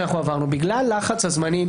תאפשרו לנו, שיהיה לנו מספיק זמן.